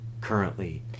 currently